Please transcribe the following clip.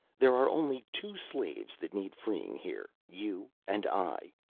there are only two slaves that need freeing here, you and i.